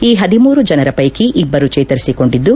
ಈ ಹದಿಮೂರು ಜನರ ಪ್ಟೆಕಿ ಇಬ್ಬರು ಚೇತರಿಸಿಕೊಂಡಿದ್ದು